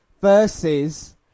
versus